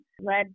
led